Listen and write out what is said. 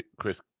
Chris